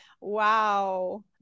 Wow